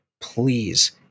Please